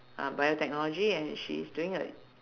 uh biotechnology and she is doing a